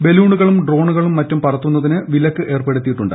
ബലൂണുകളും ഡ്രോണുകളും മറ്റും പറത്തുന്നതിന് വിലക്ക് ഏർപ്പെടുത്തിയിട്ടുണ്ട്